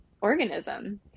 organism